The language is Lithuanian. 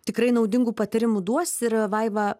tikrai naudingų patarimų duos ir vaiva